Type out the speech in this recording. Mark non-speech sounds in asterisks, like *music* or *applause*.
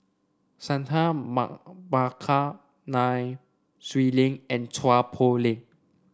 Santha *unintelligible* Bhaskar Nai Swee Leng and Chua Poh Leng